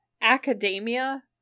academia